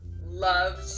loved